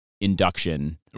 induction